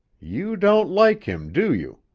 you don't like him, do you?